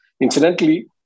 incidentally